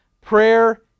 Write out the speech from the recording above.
prayer